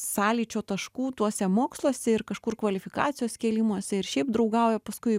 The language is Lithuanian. sąlyčio taškų tuose moksluose ir kažkur kvalifikacijos kėlimosi ir šiaip draugauja paskui